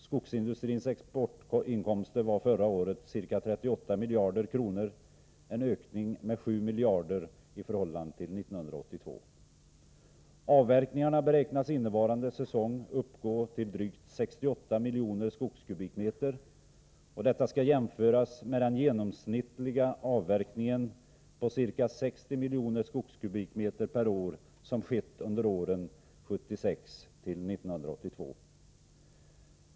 Skogsindustrins exportinkomster var förra året ca 38 miljarder kronor, en ökning med 7 miljarder kronor i förhållande till 1982. Avverkningarna beräknas innevarande säsong uppgå till drygt 68 miljoner skogskubikmeter. Detta skall jämföras med den genomsnittliga avverkningen på ca 60 miljoner skogskubikmeter per år som skett under åren 1976 till 1982.